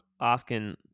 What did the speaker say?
asking